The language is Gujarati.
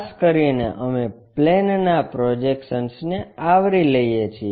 ખાસ કરીને અમે પ્લેનના પ્રોજેક્શનને આવરી લઈએ છીએ